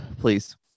Please